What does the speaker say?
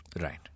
Right